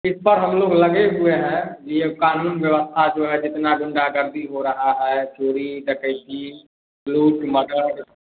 इस बार हम लोग लगे हुए हैं यह क़ानून व्यवस्था जो है इतनी गुंडागर्दी हो रही है चोरी डाकैती लूट मडर